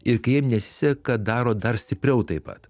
ir kai jiem nesiseka daro dar stipriau taip pat